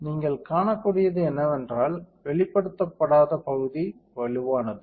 நீங்கள் காணக்கூடியது என்னவென்றால் வெளிப்படுத்தப்படாத பகுதி வலுவானது